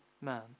man